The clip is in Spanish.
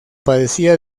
padecía